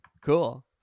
Cool